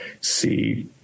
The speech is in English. see